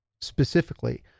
specifically